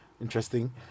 interesting